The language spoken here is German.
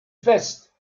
fest